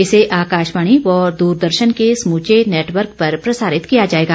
इसे आकाशवाणी व द्रदर्शन के समूचे नेटवर्क पर प्रसारित किया जाएगा